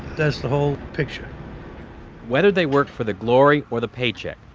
that's the whole picture whether they work for the glory or the paycheck,